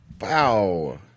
Wow